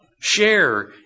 Share